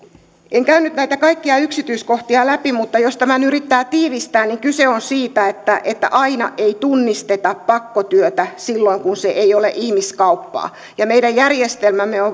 en käy nyt näitä kaikkia yksityiskohtia läpi mutta jos tämän yrittää tiivistää niin kyse on siitä että että aina ei tunnisteta pakkotyötä silloin kun se ei ole ihmiskauppaa ja meidän järjestelmämme on